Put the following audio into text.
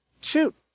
shoot